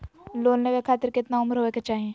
Loan लेवे खातिर केतना उम्र होवे चाही?